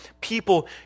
people